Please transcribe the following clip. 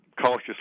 cautiously